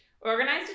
Organized